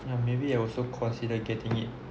then maybe I also consider getting it